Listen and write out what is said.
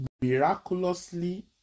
miraculously